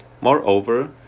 Moreover